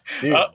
Dude